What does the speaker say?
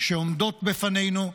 שעומדות בפנינו.